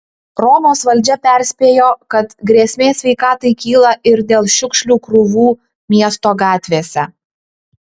romos valdžia perspėjo kad grėsmė sveikatai kyla ir dėl šiukšlių krūvų miesto gatvėse